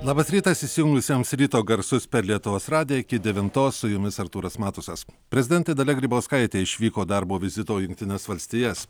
labas rytas įsijungusiems ryto garsus per lietuvos radiją iki devintos su jumis artūras matusas prezidentė dalia grybauskaitė išvyko darbo vizito į jungtines valstijas